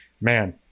man